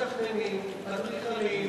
מתכננים, אדריכלים,